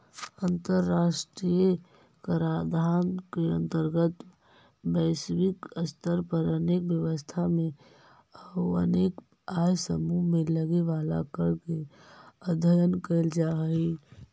अंतर्राष्ट्रीय कराधान के अंतर्गत वैश्विक स्तर पर अनेक व्यवस्था में अउ अनेक आय समूह में लगे वाला कर के अध्ययन कैल जा हई